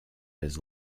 his